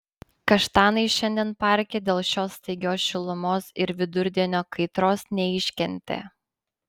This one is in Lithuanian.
kaštanai šiandien parke dėl šios staigios šilumos ir vidurdienio kaitros neiškentė